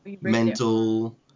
mental